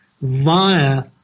via